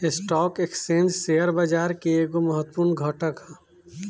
stock exchange share बाजार के एगो महत्वपूर्ण घटक ह